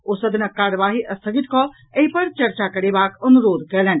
ओ सदनक कार्यवाही स्थगित कऽ एहि पर चर्चा करेबाक अनुरोध कयलनि